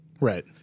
right